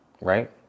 right